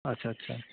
আচ্ছা আচ্ছা